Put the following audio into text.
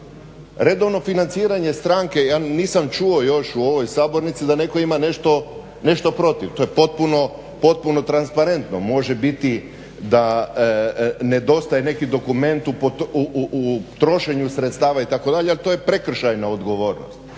Redovno financiranje stranke ja nisam čuo još u ovoj sabornici da netko ima nešto protiv, to je potpuno transparentno može biti da nedostaje neki dokument u trošenju sredstava itd. ali to je prekršajna odgovornost.